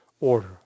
order